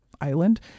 island